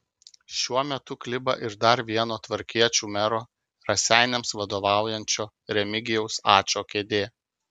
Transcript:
šiuo metu kliba ir dar vieno tvarkiečių mero raseiniams vadovaujančio remigijaus ačo kėdė